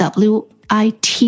wit